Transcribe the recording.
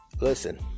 listen